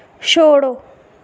छोड़ो